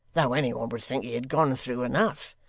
though any one would think he had gone through enough,